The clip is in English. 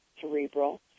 cerebral